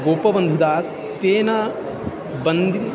गोपवन्धुदास् तेन बन्दिन्